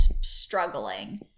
struggling